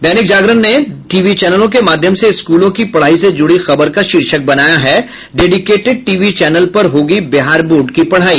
दैनिक जागरण ने टीवी चैनलों के माध्मय से स्कूलों की पढ़ाई से जुड़ी खबर का शीर्षक बनाया है डेडीकेटेड टीवी चैनल पर होगी बिहार बोर्ड की पढ़ाई